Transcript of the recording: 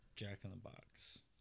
jack-in-the-box